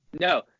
No